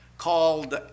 called